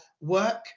work